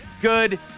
good